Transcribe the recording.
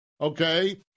Okay